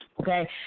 okay